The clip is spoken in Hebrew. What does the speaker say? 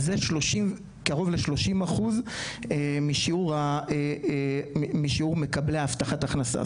שזה קרוב ל-30% משיעור מקבלי הבטחת הכנסה.